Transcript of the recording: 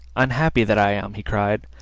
unhappy that i am, he cried,